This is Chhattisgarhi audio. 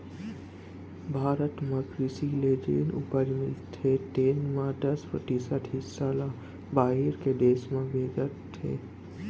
भारत म कृसि ले जेन उपज मिलथे तेन म दस परतिसत हिस्सा ल बाहिर के देस में भेजत हें